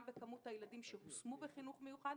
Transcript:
בכמות הילדים שהושמו בחינוך מיוחד,